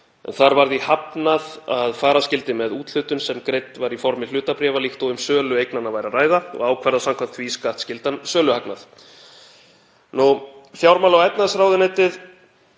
Þar var því hafnað að fara skyldi með úthlutun sem greidd væri í formi hlutabréfa líkt og um sölu eignanna væri að ræða og ákvarða samkvæmt því skattskyldan söluhagnað. Fjármála- og efnahagsráðuneytið